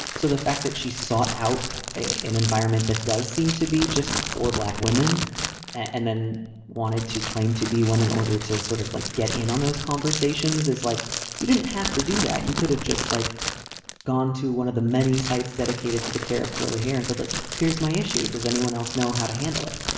so the fact that she sought out an environment that does seem to be just for black women and then wanted to claim to be one in order to sort of like get in on those conversations, is like you didn't have to do that. you could have just like gone to one of the many sites dedicated to the care of curly hair and said, look, like here's my issue. does anyone else know how to handle it?